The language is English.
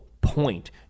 point